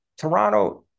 Toronto